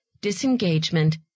disengagement